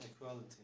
equality